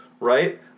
right